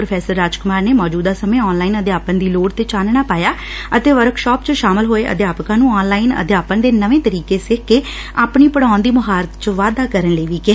professor Raj Kumar ਨੇ ਮੋਚੁਦਾ ਸਮੇਂ ਆਨਲਾਈਨ ਅਧਿਆਪਨ ਦੀ ਲੋੜ ਤੇ ਚਾਨਣਾ ਪਾਇਆ ਅਤੇ ਵਰਕਸ਼ਾਪ 'ਚ ਸ਼ਾਮਲ ਹੋਏ ਅਧਿਆਪਕਾਂਤ ਨੂੰ ਆਨਲਾਈਨ ਅਧਿਆਪਨ ਦੇ ਨਵੇਂ ਤਰੀਕੇ ਸੱਖ ਕੇ ਆਪਣੀ ਪੜਾਉਣ ਦੀ ਮੁਹਾਰਤ 'ਚ ਵਾਧਾ ਕਰਨ ਲਈ ਕਿਹਾ